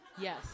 Yes